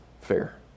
fair